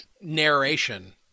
narration